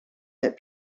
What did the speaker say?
that